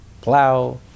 plow